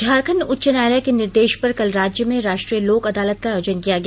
झारखंड उच्च न्यायालय के निर्देश पर कल राज्य में राष्ट्रीय लोक अदालत का आयोजन किया गया